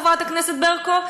חברת הכנסת ברקו?